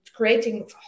creating